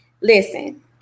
Listen